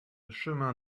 chemin